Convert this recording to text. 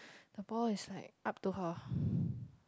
the ball is like up to her